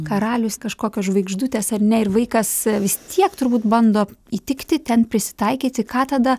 karalius kažkokios žvaigždutės ar ne ir vaikas vis tiek turbūt bando įtikti ten prisitaikyti ką tada